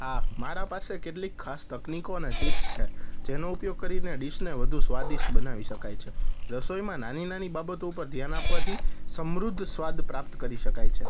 હા મારા પાસે કેટલીક ખાસ તકનીકોને ટીપ્સ છે જેનો ઉપયોગ કરીને ડીશને વધુ સ્વાદિષ્ટ બનાવી શકાય છે રસોઈમાં નાની નાની બાબતો પર ધ્યાન આપવાથી સમૃદ્ધ સ્વાદ પ્રાપ્ત કરી શકાય છે